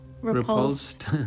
Repulsed